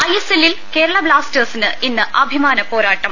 ഐഎസ്എല്ലിൽ കേരള ബ്ലാസ്റ്റേഴ്സിന് ഇന്ന് അഭി മാന പോരാട്ടം